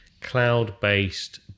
cloud-based